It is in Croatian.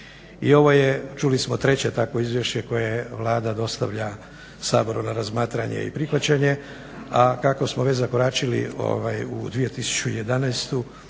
čuli smo treće takvo izvješće koje Vlada dostavlja Saboru na razmatranje i prihvaćanje a kako smo već zakoračili u